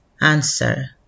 Answer